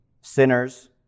sinners